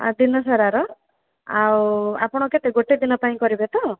ଆଉ ଦିନ ସାରାର ଆଉ ଆପଣ କେତେ ଗୋଟେ ଦିନ ପାଇଁ କରିବେ ତ